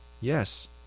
Yes